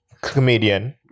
comedian